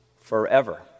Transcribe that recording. forever